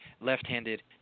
left-handed